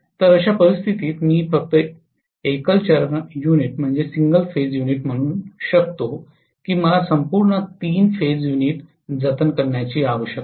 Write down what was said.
तर अशा परिस्थितीत मी फक्त सिंगल फेज युनिट म्हणू शकतो की मला संपूर्ण तीन फेज युनिट जतन करण्याची आवश्यकता नाही